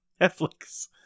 Netflix